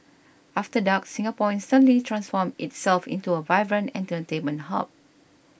after dark Singapore instantly transforms itself into a vibrant entertainment hub